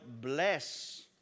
bless